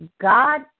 God